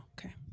okay